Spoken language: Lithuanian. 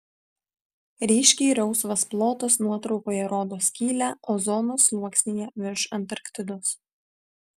ryškiai rausvas plotas nuotraukoje rodo skylę ozono sluoksnyje virš antarktidos